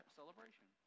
celebration